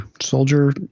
soldier